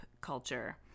culture